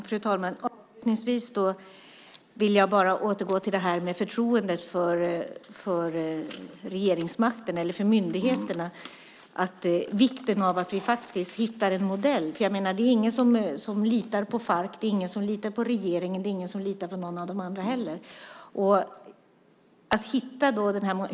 Fru talman! Avslutningsvis vill jag återgå till frågan om förtroendet för myndigheterna och vikten av att vi hittar en modell. Det är ingen som litar på Farc. Det är ingen som litar på regeringen och det är ingen som litar på någon av de andra heller.